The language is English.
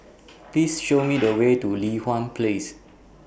Please Show Me The Way to Li Hwan Place